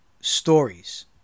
stories